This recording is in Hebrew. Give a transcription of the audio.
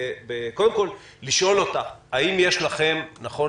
קודם כול לשאול אותך: האם יש לכם נכון